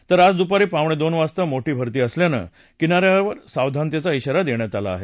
तर आज द्पारी पावणे दोन वाजता मोठी भरती असल्यानं किनाऱ्यावर सावधानतेचा इशारा देण्यात आला आहे